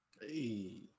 hey